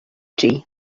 tree